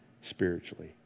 spiritually